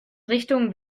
richtungen